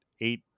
eight